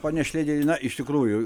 pone šlėderi na iš tikrųjų